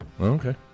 Okay